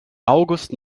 august